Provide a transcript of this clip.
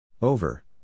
Over